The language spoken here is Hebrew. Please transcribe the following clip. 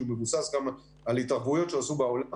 הוא מבוסס גם על התערבויות שעשו בעולם.